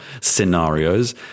scenarios